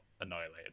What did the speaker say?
annihilated